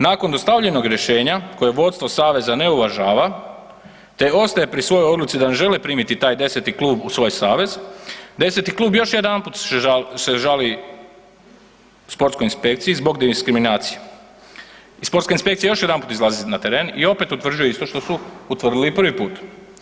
Nakon dostavljenog rješenja koje vodstvo saveza ne uvažava te ostaje pri svojoj odluci da ne žele primiti taj deseti klub u svoj savez, deseti klub se još jedanput žali sportskoj inspekciji zbog diskriminacije i sportska inspekcija još jedanput izlazi na teren i opet utvrđuje isto što su utvrdili i prvi put.